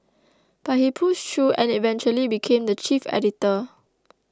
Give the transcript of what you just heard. but he pushed through and eventually became the chief editor